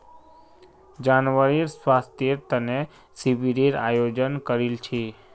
जानवरेर स्वास्थ्येर तने शिविरेर आयोजन करील छिले